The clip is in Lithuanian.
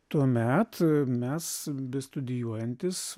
tuomet mes bestudijuojantys